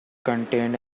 contained